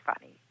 funny